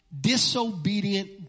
disobedient